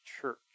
church